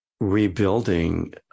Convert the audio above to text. rebuilding